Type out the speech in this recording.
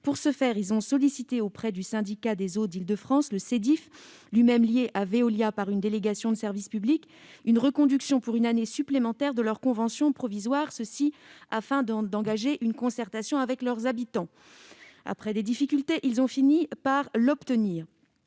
Pour ce faire, ils ont sollicité du Syndicat des eaux d'Île-de-France (Sedif), lui-même lié à Veolia par une délégation de service public, une reconduction pour une année supplémentaire de leur convention provisoire, afin d'engager une concertation avec leurs habitants. Après quelques difficultés, ils ont réussi à l'obtenir.